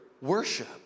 worship